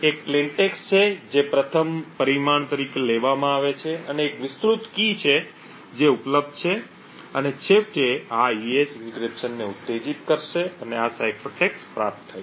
એક સાદો ટેક્સ્ટ છે જે પ્રથમ પરિમાણ તરીકે લેવામાં આવે છે અને એક વિસ્તૃત કી છે જે ઉપલબ્ધ છે અને છેવટે આ AES એન્ક્રિપ્શનને ઉત્તેજિત કરશે અને આ સાઇફર ટેક્સ્ટ પ્રાપ્ત થાય છે